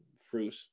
fruit